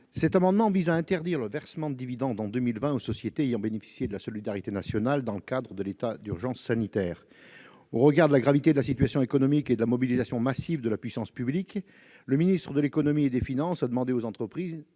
Cet amendement vise à interdire en 2020 le versement de dividendes aux sociétés ayant bénéficié de la solidarité nationale dans le cadre de l'état d'urgence sanitaire. Au regard de la gravité de la situation économique et de la mobilisation massive de la puissance publique, le ministre de l'économie et des finances a demandé aux entreprises